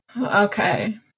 Okay